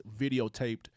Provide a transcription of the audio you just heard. videotaped